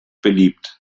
beliebt